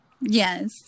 Yes